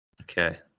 Okay